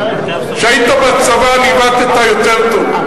כשהיית בצבא ניווטת יותר טוב.